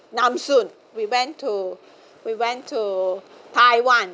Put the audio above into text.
nam-soon we went to we went to taiwan